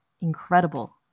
incredible